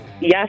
Yes